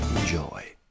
Enjoy